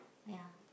ya